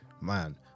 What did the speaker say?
man